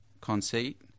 conceit